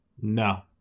No